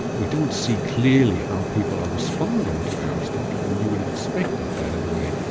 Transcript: we don't see clearly how people are responding to aristotle, and you would have expected that anyway,